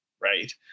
right